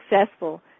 successful